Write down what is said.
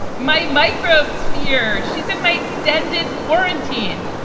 my microbes fear she's in my extended quarantine.